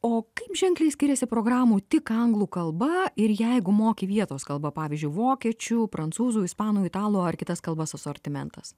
o kaip ženkliai skiriasi programų tik anglų kalba ir jeigu moki vietos kalba pavyzdžiui vokiečių prancūzų ispanų italų ar kitas kalbas asortimentas